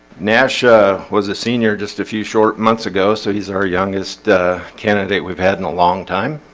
nasha was a senior just a few short months ago. so he's our youngest candidate we've had in a long time.